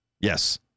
Yes